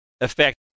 effect